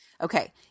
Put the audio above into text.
Okay